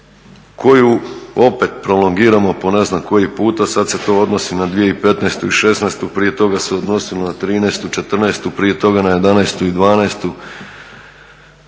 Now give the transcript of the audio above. koju opet prolongiramo po ne znam koji puta, sada se to odnosi na 2015. i '16., prije toga se odnosilo na '13., '14., prije toga na '11. i '12.,